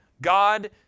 God